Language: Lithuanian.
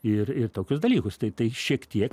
ir ir tokius dalykus tai tai šiek tiek